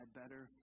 better